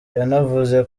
yanavuze